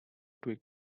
twig